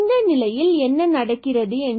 இந்த நிலையின் போது என்ன நடக்கிறது என்று பார்ப்போம்